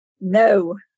no